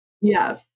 Yes